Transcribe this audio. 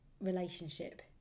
relationship